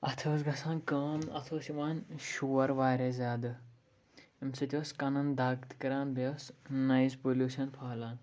اَتھ ٲس گژھان کٲم اَتھ اوس یِوان شور واریاہ زیادٕ اَمہِ سۭتۍ اوس کَنَن دَگ تہِ کَران بیٚیہِ ٲس نایِز پوٚلیوٗشَن پھٔہلان